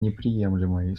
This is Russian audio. неприемлемым